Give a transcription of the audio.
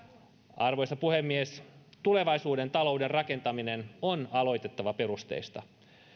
arvoisa puhemies tulevaisuuden talouden rakentaminen on aloitettava perusteista